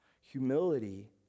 Humility